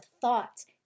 thoughts